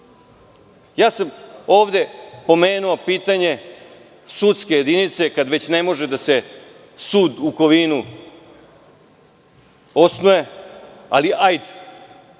sam pomenuo pitanje sudske jedinice kad već ne može da se sud u Kovinu osnuje, bar